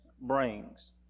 Brings